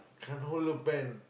can't hold a pen